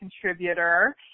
contributor